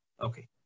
Okay